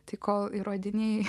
tai kol įrodinėji